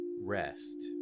rest